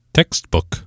Textbook